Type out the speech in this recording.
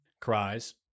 cries